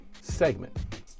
segment